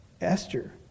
Esther